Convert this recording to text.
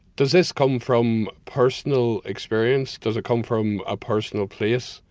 does this come from personal experience, does it come from a personal place?